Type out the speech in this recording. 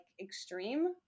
extreme